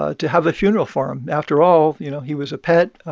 ah to have a funeral for him. after all, you know, he was a pet.